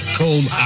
cold